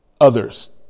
others